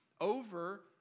over